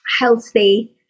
healthy